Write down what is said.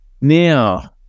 Now